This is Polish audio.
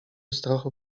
strachu